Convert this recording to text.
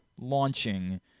launching